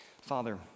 Father